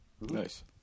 Nice